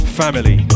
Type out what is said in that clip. family